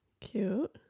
cute